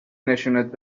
نشونت